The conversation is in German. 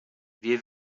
wir